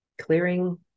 clearing